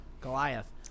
Goliath